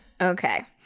Okay